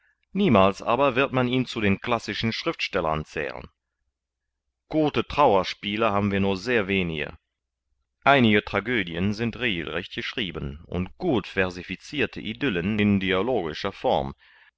niemals aber wird man ihn zu den classischen schriftstellern zählen gute trauerspiele haben wir nur sehr wenige einige tragödien sind regelrecht geschrieben und gut versificirte idyllen in dialogischer form